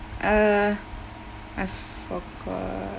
uh I forgot